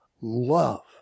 love